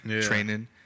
Training